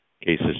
cases